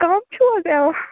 کَم چھُو حظ یِوان